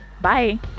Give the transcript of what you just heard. Bye